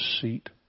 seat